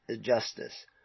justice